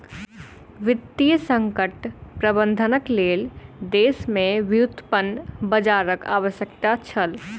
वित्तीय संकट प्रबंधनक लेल देश में व्युत्पन्न बजारक आवश्यकता छल